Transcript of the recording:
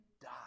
die